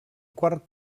quart